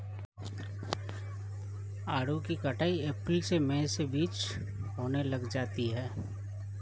आड़ू की कटाई अप्रैल से मई के बीच होने लग जाती है